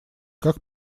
как